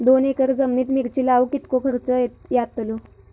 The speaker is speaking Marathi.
दोन एकर जमिनीत मिरचे लाऊक कितको खर्च यातलो?